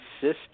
system